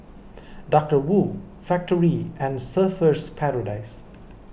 Doctor Wu Factorie and Surfer's Paradise